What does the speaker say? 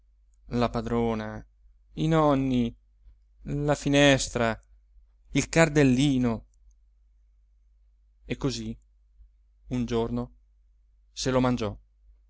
la padrona i nonni la finestra il cardellino e così un giorno se lo mangiò